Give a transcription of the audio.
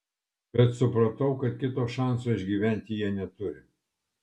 bet supratau kad kito šanso išgyventi jie neturi